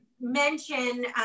mention